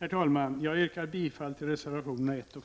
Herr talman! Jag yrkar bifall till reservationerna 1